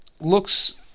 Looks